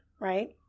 right